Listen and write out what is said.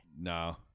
No